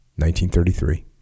1933